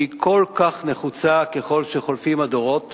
שהיא כל כך נחוצה ככל שחולפים הדורות